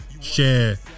share